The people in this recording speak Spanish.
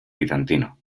bizantino